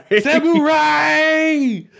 Samurai